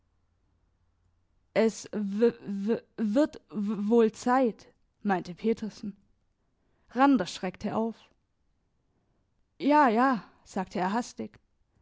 es w w wird w wohl zeit meinte petersen randers schreckte auf ja ja sagte er hastig